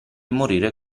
morire